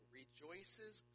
rejoices